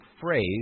phrase